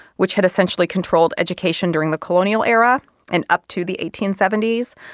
which had essentially controlled education during the colonial era and up to the eighteen seventy s.